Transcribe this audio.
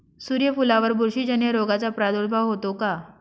सूर्यफुलावर बुरशीजन्य रोगाचा प्रादुर्भाव होतो का?